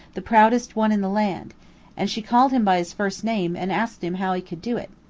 the proudest one in the land and she called him by his first name, and asked him how he could do it.